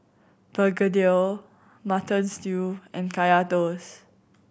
begedil Mutton Stew and Kaya Toast